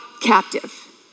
captive